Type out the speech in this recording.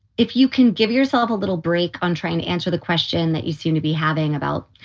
if you can give yourself a little break on trying to answer the question that you seem to be having about,